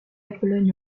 pologne